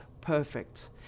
perfect